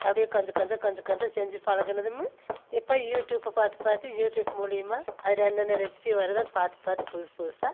அப்படியே கொஞ்சம் கொஞ்சம் கொஞ்சம் கொஞ்சம் செஞ்சு பழகினதும் இப்போ யூடியூப பார்த்து பார்த்து யூடியூப் மூலிமா அதில் என்னன்ன ரெசிபி வருதோ அதை பார்த்து பார்த்து புதுசு புதுசாக